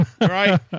Right